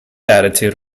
attitude